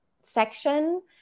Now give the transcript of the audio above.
section